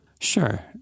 Sure